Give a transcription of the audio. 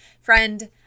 Friend